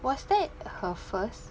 was that her first